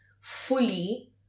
fully